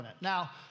Now